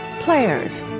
Players